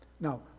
Now